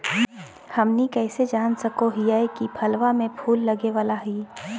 हमनी कइसे जान सको हीयइ की फसलबा में फूल लगे वाला हइ?